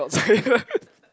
dots